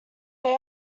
they